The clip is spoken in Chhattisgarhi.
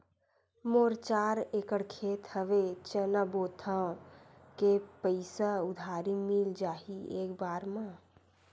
मोर चार एकड़ खेत हवे चना बोथव के पईसा उधारी मिल जाही एक बार मा?